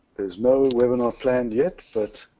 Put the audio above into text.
there's no webinar planned yet, but